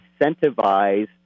incentivize